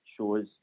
shows